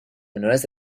menores